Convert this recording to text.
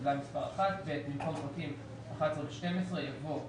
"טבלה מספר 1". במקום פרטים 11 ו-12 יבוא: